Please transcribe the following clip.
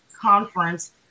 conference